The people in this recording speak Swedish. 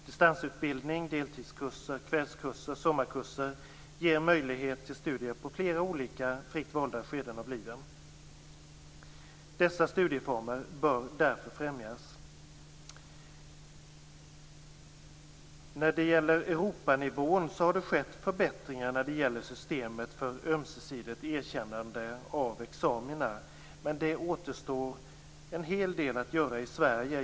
Distansutbildning, deltidskurser, kvällskurser, sommarkurser ger möjlighet till studier i flera olika fritt valda skeden av livet. Dessa studieformer bör därför främjas. Vad gäller Europanivån har det skett förbättringar när det gäller systemet för ömsesidigt erkännande av examina. Men det återstår en hel del att göra i Sverige.